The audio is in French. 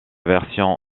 version